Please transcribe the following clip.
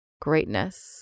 greatness